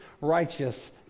righteous